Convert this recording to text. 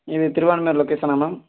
இது திருவான்மியூர் லொகேஷனா மேம்